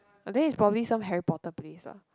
are there is probably some Harry Potter place lah